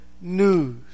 news